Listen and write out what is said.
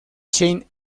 shane